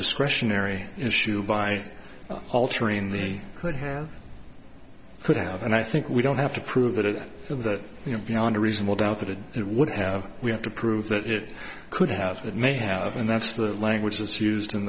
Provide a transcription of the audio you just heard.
discretionary issue by altering the could have could have and i think we don't have to prove it that you know beyond a reasonable doubt that it it would have we have to prove that it could have it may have and that's the language that's used in